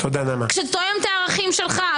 שתואם את הערכים שלך.